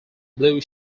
blue